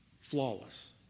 flawless